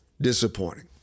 disappointing